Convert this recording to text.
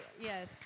yes